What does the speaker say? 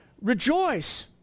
Rejoice